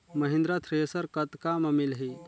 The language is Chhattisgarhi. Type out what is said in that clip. महिंद्रा थ्रेसर कतका म मिलही?